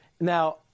Now